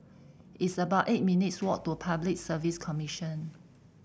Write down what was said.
it's about eight minutes walk to Public Service Commission